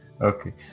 Okay